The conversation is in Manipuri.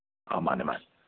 ꯑꯥ ꯃꯥꯅꯦ ꯃꯥꯅꯦ